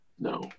No